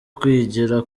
kwigira